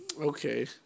Okay